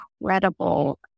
incredible